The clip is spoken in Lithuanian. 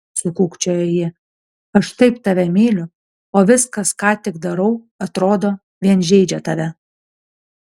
sukūkčiojo ji aš taip tave myliu o viskas ką tik darau atrodo vien žeidžia tave